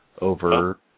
over